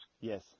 Yes